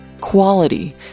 quality